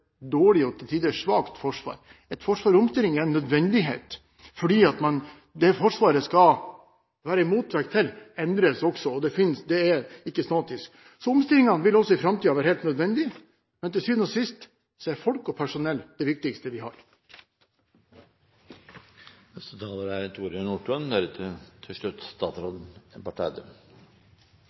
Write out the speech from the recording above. dårlig og til tider svakt forsvar. Et forsvar i omstilling er en nødvendighet. Det Forsvaret skal være en motvekt til, endres også, og det er ikke statisk. Omstillinger vil også i framtiden være helt nødvendige, men til syvende og sist er folk og personell det viktigste vi